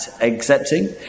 accepting